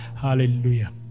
Hallelujah